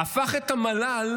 "הפך את המל"ל